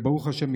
וברוך השם,